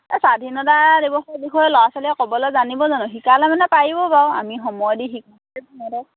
স্বাধীনতা দিৱসৰ বিষয়ে ল'ৰা ছোৱালীয়ে ক'বলৈ জানিব জানো শিকালে মানে পাৰিব বাৰু আমি সময় দি শিকোঁ